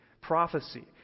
prophecy